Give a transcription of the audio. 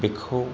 बेखौ